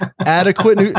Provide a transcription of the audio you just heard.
Adequate